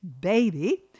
baby